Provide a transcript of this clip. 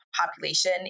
population